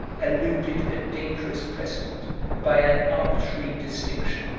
eluded a dangerous precedent by an arbitrary distinction,